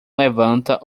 levanta